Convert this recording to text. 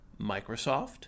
Microsoft